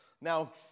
Now